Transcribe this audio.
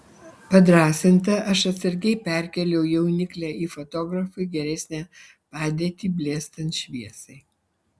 padrąsinta aš atsargiai perkėliau jauniklę į fotografui geresnę padėtį blėstant šviesai